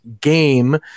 game